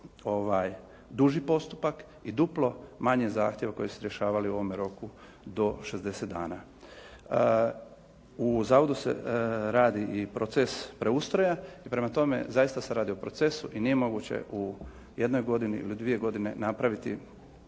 duži postupak i duplo manje zahtjeva kojeg ste rješavali u ovome roku do 60 dana. U zavodu se radi i proces preustroja i prema tome zaista se radi o procesu i nije moguće u jednoj godini ili dvije godine napraviti